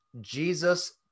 Jesus